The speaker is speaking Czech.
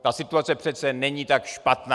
Ta situace přece není tak špatná!